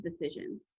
decision